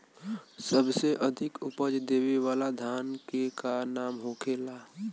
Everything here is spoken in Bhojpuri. सबसे अधिक उपज देवे वाला धान के का नाम होखे ला?